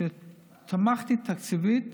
כשתמכתי תקציבית,